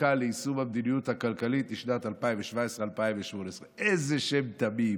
חקיקה ליישום המדיניות הכלכלית לשנת 2018-2017). איזה שם תמים,